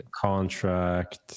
contract